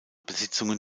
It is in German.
besitzungen